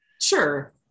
Sure